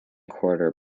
quarter